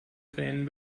kränen